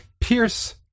pierce